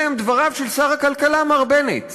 אלה הם דבריו של שר הכלכלה, מר בנט.